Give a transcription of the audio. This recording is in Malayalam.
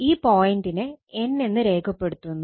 ഈ പോയന്റിനെ n എന്ന് രേഖപ്പെടുത്തുന്നു